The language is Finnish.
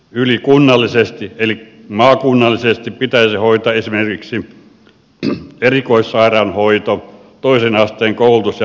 ylikunnallisesti eli maakunnallisesti pitäisi hoitaa esimerkiksi erikoissairaanhoito toisen asteen koulutus ja maankäytön suunnittelu